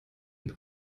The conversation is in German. die